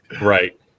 Right